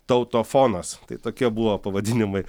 tautofonas tai tokie buvo pavadinimai